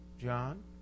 John